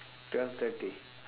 twelve thirty